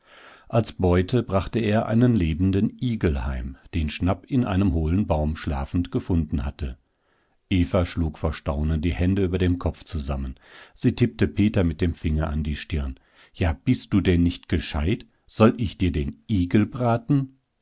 als beute brachte er einen lebenden igel heim den schnapp in einem hohlen baum schlafend gefunden hatte eva schlug vor staunen die hände über dem kopf zusammen sie tippte peter mit dem finger an die stirn ja bist du denn nicht gescheit soll ich dir den igel braten